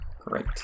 Great